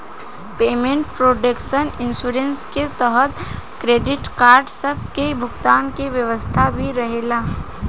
payment protection insurance के तहत credit card सब के भुगतान के व्यवस्था भी रहेला